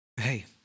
Hey